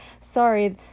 sorry